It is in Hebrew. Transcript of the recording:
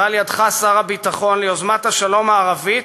ועל-ידיך, שר הביטחון, ליוזמת השלום הערבית,